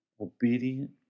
obedient